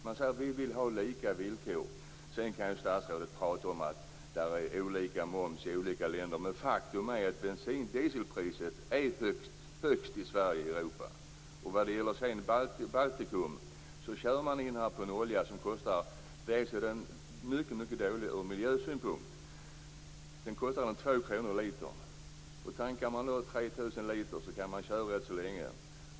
De säger att de vill ha lika villkor. Sedan kan statsrådet tala om att det är olika moms i olika länder. Men faktum är att det svenska dieselpriset är högst i Europa. Åkarna från Baltikum kör på en olja som är mycket dålig ur miljösynpunkt och kostar 2 kr per liter. Om en åkare tankar 3 000 liter kan han köra rätt så länge.